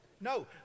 No